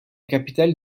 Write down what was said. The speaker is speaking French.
capitale